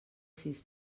sis